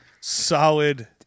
solid